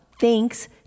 Thanks